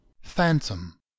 Phantom